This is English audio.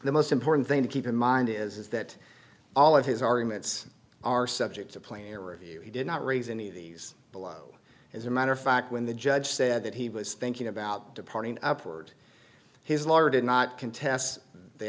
the most important thing to keep in mind is that all of his arguments are subject to player review he did not raise any of these below as a matter of fact when the judge said that he was thinking about departing upward his lawyer did not contest the